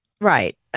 Right